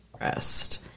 rest